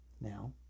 Now